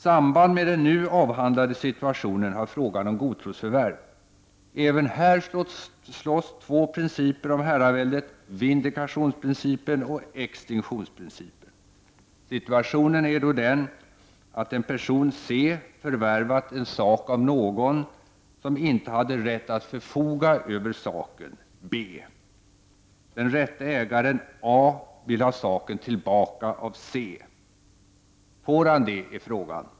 Samband med den nu avhandlade situationen har frågan om godtrosförvärv. Även här slåss två principer om herraväldet, vindikationsprincipen och exstinktionsprincipen. Situationen är då den att en person, C, förvärvat en sak av någon som inte hade rätt att förfoga över saken, B. Den rätte ägaren, A, vill ha saken tillbaka av C. Får han det? är frågan.